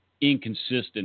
inconsistent